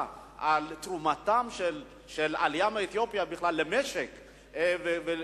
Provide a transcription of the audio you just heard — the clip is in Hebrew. על תרומתה של העלייה מאתיופיה למשק בכלל,